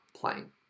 playing